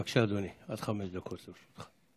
בבקשה, אדוני, עד חמש דקות לרשותך.